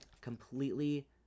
Completely